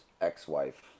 ex-wife